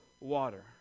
water